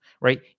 right